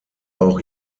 auch